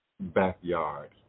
Backyard